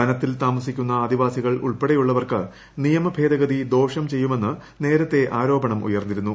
വനത്തിൽ താമസിക്കുന്ന ആദിവാസികൾ ഉൾപ്പെടെയുള്ളവർക്ക് നിയമ ഭേദഗതി ദോഷം ചെയ്യുമെന്ന് നേരത്തെ ആരോപണം ഉയർന്നിരുന്നു